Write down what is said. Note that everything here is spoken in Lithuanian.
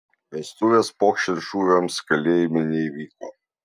vestuvės pokšint šūviams kalėjime neįvyko